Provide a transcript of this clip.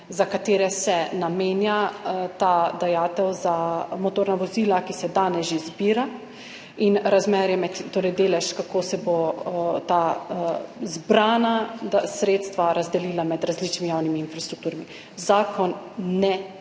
za katere se namenja ta dajatev za motorna vozila, ki se danes že zbira, in delež, kako se bo ta zbrana sredstva razdelilo med različnimi javnimi infrastrukturami. Zakon ne